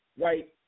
right